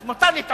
אז, מותר לטעות.